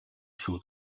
шүү